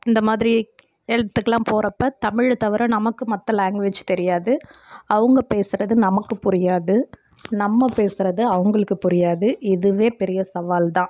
இந்த மாதிரி போகிறப்ப தமிழை தவிர நமக்கு மற்ற லேங்குவேஜ் தெரியாது அவங்க பேசுறது நமக்கு புரியாது நம்ம பேசுறது அவங்களுக்கு புரியாது இதுவே பெரிய சவால் தான்